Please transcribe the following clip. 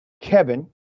Kevin